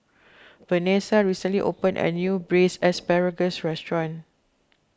Venessa recently opened a new Braised Asparagus restaurant